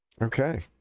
Okay